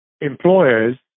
employers